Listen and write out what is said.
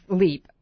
leap